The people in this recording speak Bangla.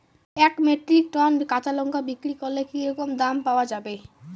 এক মেট্রিক টন কাঁচা লঙ্কা বিক্রি করলে কি রকম দাম পাওয়া যাবে?